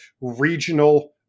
regional